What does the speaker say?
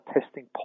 testing